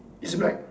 it's black